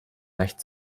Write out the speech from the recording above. recht